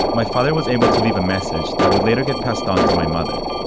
my father was able to leave a message that would later get passed on to my mother.